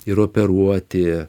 ir operuoti